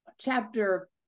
chapter